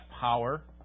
power